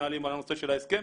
מתנהלים על הנושא של ההסכם.